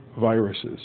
viruses